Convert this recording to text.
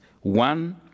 One